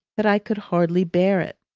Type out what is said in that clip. that i could hardly bear it.